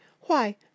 Why